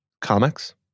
comics